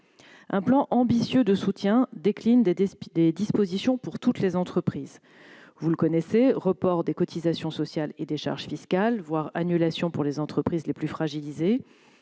Un plan ambitieux de soutien décline des dispositions pour toutes les entreprises : report de cotisations sociales et de charges fiscales, voire annulation pour les entreprises les plus fragilisées